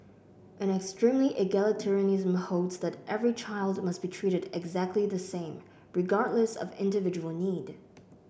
an extremely egalitarianism holds that every child must be treated exactly the same regardless of individual need